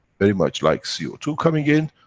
very much like c o two coming in,